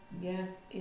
Yes